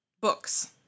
books